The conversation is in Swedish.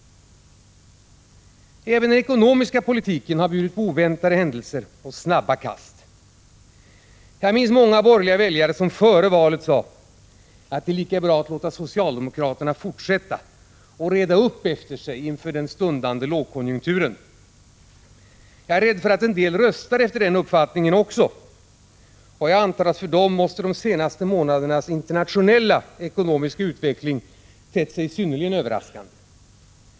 Även den ekonomiska politiken har bjudit på oväntade händelser och snabba kast. Jag minns hur många borgerliga väljare före valet sade att det är lika bra att låta socialdemokraterna fortsätta att reda upp efter sig inför den stundande lågkonjunkturen. Jag är rädd för att en del också röstade efter den uppfattningen. För dem måste de senaste månadernas internationella ekonomiska utveckling tett sig synnerligen överraskande.